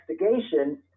Investigation